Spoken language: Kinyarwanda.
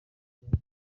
rwanda